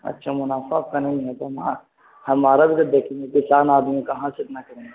اچھا منافع کریں گے تو نا ہمارا بھی تو دیکھیں گے کہ چند آدمی کہاں سے اتنا کریں گے